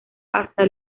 hasta